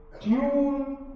tune